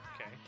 okay